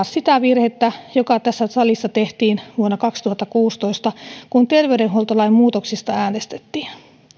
sitä virhettä joka tässä salissa tehtiin vuonna kaksituhattakuusitoista kun terveydenhuoltolain muutoksista äänestettiin